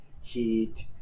HEAT